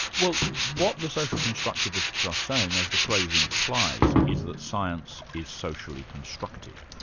well, what the social constructivists are saying, as the phrase implies, is that science is socially constructive.